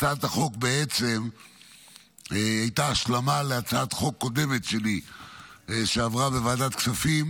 הצעת החוק בעצם הייתה השלמה להצעת חוק קודמת שלי שעברה בוועדת כספים,